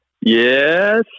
Yes